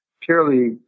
purely